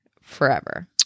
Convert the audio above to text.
forever